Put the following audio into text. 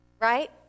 Right